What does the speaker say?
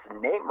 name